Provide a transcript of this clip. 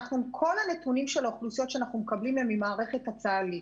את כל הנתונים על האוכלוסיות אנחנו מקבלים מהמערכת הצה"לית.